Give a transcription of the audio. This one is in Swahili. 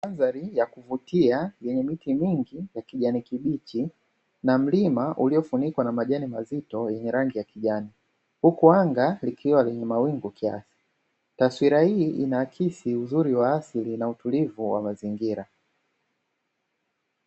Mandhari ya kuvutia yenye miti mingi ya kijani kibichi na mlima uliofunikwa kwa majani mazito yenye rangi ya kijani huku anga likiwa lenye mawingu kiasi taswira hii inaakasi uzuri wa asili na utulivu wa mazingira.